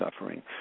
suffering